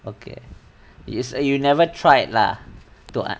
okay is uh you never tried it lah to